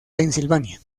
pensilvania